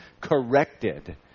corrected